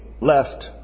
left